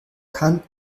kann